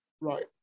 Right